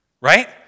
right